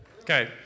Okay